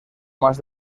más